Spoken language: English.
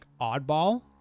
oddball